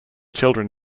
children